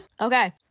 Okay